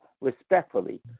respectfully